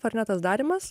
ar ne tas darymas